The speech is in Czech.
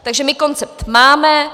Takže my koncept máme.